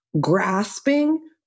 grasping